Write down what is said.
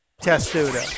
Testudo